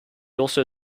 also